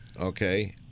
Okay